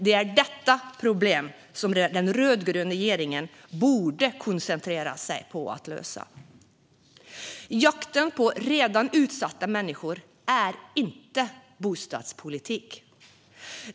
Det är detta problem som den rödgröna regeringen borde koncentrera sig på att lösa. Jakten på redan utsatta människor är inte bostadspolitik.